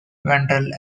ventral